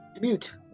Mute